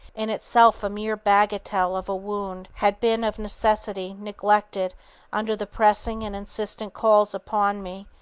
in itself a mere bagatelle of a wound, had been of necessity neglected under the pressing and insistent calls upon me,